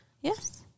Yes